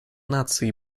наций